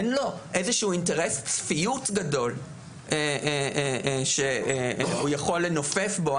אין לו אינטרס צפיות גדול שהוא יכול לנופף בו.